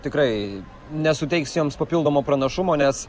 tikrai nesuteiks joms papildomo pranašumo nes